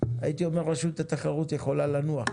הייתי אומר שרשות התחרות יכולה ---.